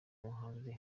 muhanzi